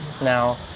Now